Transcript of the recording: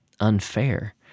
unfair